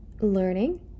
learning